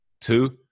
Two